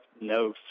no